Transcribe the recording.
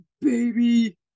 baby